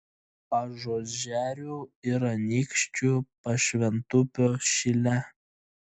ažuožerių ir anykščių pašventupio šile